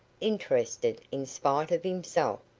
interested in spite of himself.